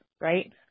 right